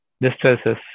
distresses